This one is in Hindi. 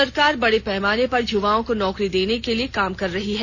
सरकार बड़े पैमाने पर युवाओं को नौकरी देने के लिए काम कर रही है